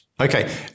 Okay